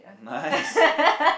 nice